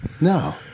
no